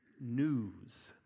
news